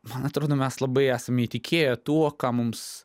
man atrodo mes labai esam įtikėję tuo ką mums